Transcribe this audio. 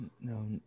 No